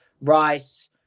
Rice